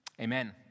amen